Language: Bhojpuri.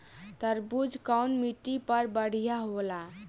तरबूज कउन माटी पर बढ़ीया होला?